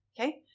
Okay